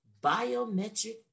biometric